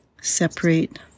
separate